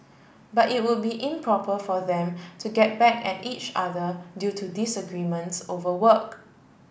but it would be improper for them to get back at each other due to disagreements over work